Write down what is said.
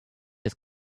his